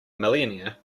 millionaire